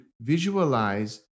visualize